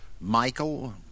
Michael